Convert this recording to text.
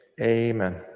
Amen